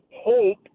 Hope